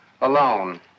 alone